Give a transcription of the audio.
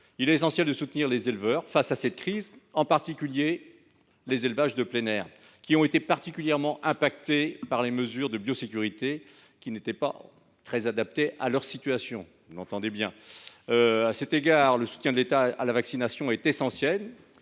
Il est essentiel de soutenir les éleveurs face à cette crise, notamment les élevages de plein air, qui ont été particulièrement affectés par les mesures de biosécurité – lesquelles n’étaient pas très adaptées à leur situation. À cet égard, le soutien de l’État à la vaccination est essentiel.